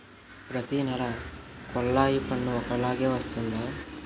ప్రతి నెల కొల్లాయి పన్ను ఒకలాగే వస్తుందా?